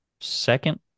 second